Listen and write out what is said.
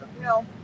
no